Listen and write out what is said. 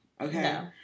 okay